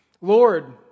Lord